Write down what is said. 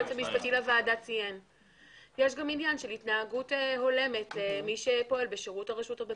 יש גם עניין של התנהגות הולמת מי שפועל בשירות הרשות המקומית.